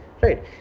right